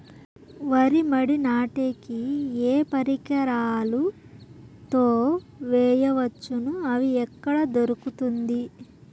వరి మడి నాటే కి ఏ పరికరాలు తో వేయవచ్చును అవి ఎక్కడ దొరుకుతుంది?